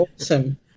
awesome